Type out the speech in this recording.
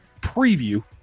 preview